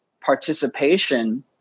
participation